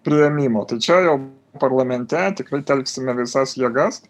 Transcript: priėmimo tai čia jau parlamente tikrai telksime visas jėgas